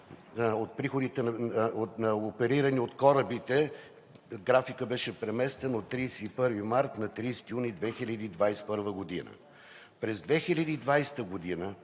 приходите, оперирани от корабите – графикът беше преместен от 31 март на 30 юни 2021 г. През 2020 г.,